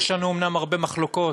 שיש לנו אומנם הרבה מחלוקות,